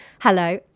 Hello